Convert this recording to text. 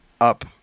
up